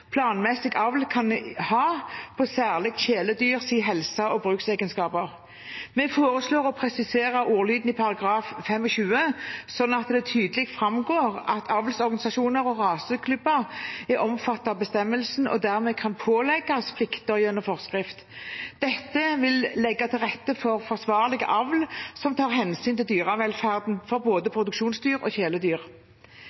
planmessig avl kan ha på særlig kjæledyrs helse og bruksegenskaper. Vi foreslår å presisere ordlyden i § 25 slik at det tydelig framgår at avlsorganisasjoner og raseklubber er omfattet av bestemmelsen og dermed kan pålegges plikter gjennom forskrift. Dette vil legge til rette for forsvarlig avl som tar hensyn til dyrevelferden for både